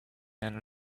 and